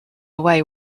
away